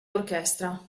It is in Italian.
orchestra